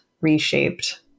reshaped